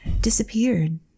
Disappeared